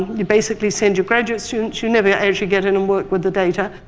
you basically send your graduate student, you never actually get in and work with the data,